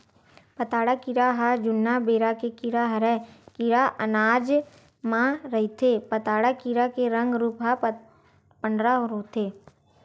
पताड़ा कीरा ह जुन्ना बेरा के कीरा हरय ऐ कीरा अनाज म रहिथे पताड़ा कीरा के रंग रूप ह पंडरा होथे